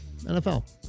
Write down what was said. NFL